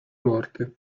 morte